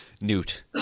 Newt